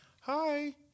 hi